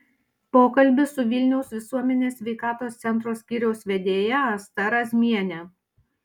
pokalbis su vilniaus visuomenės sveikatos centro skyriaus vedėja asta razmiene